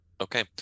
Okay